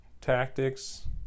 tactics